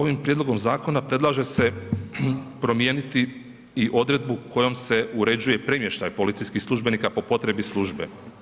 Ovim prijedlogom zakona predlaže se promijeniti i odredbu kojom se uređuje premještaj policijskih službenika po potrebi službe.